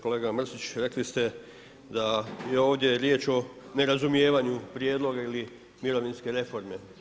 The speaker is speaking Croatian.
Kolega Mrsić rekli ste da je ovdje riječ o nerazumijevanju prijedloga ili mirovinske reforme.